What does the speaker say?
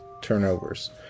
turnovers